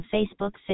Facebook